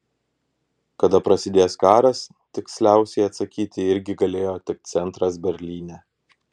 kada prasidės karas tiksliausiai atsakyti irgi galėjo tik centras berlyne